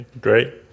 Great